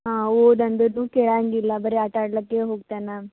ಹಾಂ ಓದು ಅಂದರೂನು ಕೇಳಂಗಿಲ್ಲ ಬರಿ ಆಟ ಆಡಲಿಕ್ಕೆ ಹೋಗ್ತಾನ